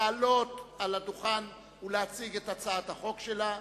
לעלות לדוכן ולהציג את הצעת החוק שלה.